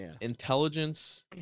intelligence